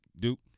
Duke